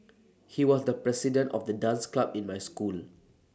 he was the president of the dance club in my school